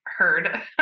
heard